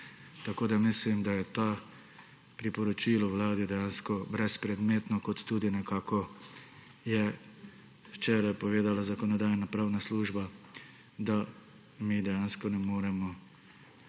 Mislim, da je to priporočilo Vladi dejansko brezpredmetno, kot tudi nekako je včeraj povedala Zakonodajno-pravna služba, da mi dejansko ne moremo